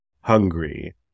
hungry